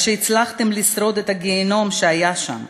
על שהצלחתם לשרוד בגיהינום שהיה שם.